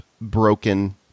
broken